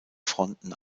fronten